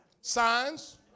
Signs